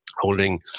holding